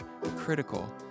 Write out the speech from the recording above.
critical